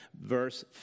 Verse